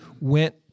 went